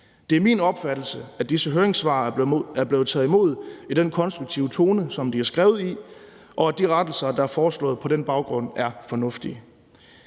Det er min opfattelse, at disse høringssvar er blevet taget imod i den konstruktive tone, de er skrevet i, og at de rettelser, der er foreslået på den baggrund, er fornuftige.